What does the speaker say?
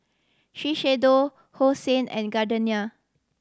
Shiseido Hosen and Gardenia